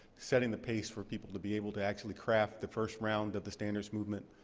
setting the pace for people to be able to actually craft the first round of the standards movement,